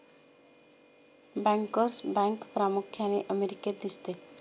bankers bank प्रामुख्याने अमेरिकेत दिसते